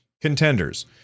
Contenders